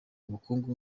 bukungu